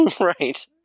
Right